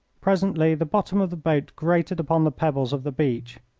presently the bottom of the boat grated upon the pebbles of the beach.